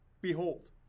Behold